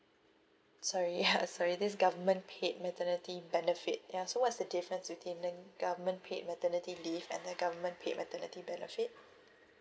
sorry ya sorry this government paid maternity benefit ya so what's the difference with between the government paid maternity leave and then government paid maternity benefit